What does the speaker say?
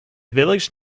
village